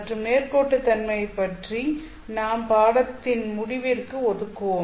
மற்றும் நேர்கோட்டுத்தன்மையை நாம் பாடத்தின் முடிவிற்கு ஒதுக்குவோம்